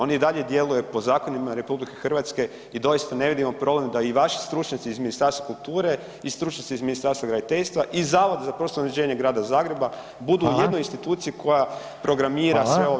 On i dalje djeluje po zakonima RH i doista ne vidimo problem da i vaši stručnjaci iz Ministarstva kultura i stručnjaci iz Ministarstva graditeljstva i Zavod za prostorno uređenje Grada Zagreba budu u jednoj instituciji koja programira sve ove planove.